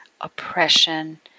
Oppression